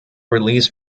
release